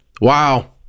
Wow